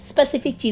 Specific